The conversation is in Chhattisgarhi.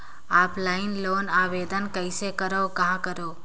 ऑफलाइन लोन आवेदन कइसे करो और कहाँ करो?